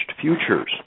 Futures